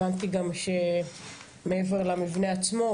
הבנתי גם שמעבר למבנה עצמו,